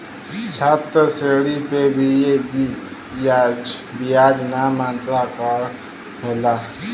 छात्र ऋण पे बियाज नाम मात्र क होला